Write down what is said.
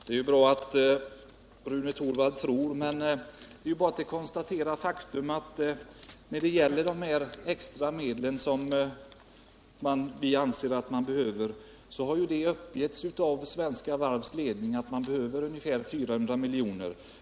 Herr talman! Det är ju bra att Rune Torwald tror, men det är bara att konstatera faktum: Svenska Varvs ledning har uppgivit att man behöver ungefär 400 miljoner.